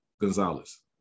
Gonzalez